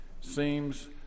seems